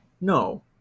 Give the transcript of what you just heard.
No